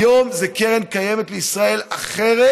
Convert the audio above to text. היום זו קרן קיימת לישראל אחרת,